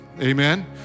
amen